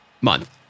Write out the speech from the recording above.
month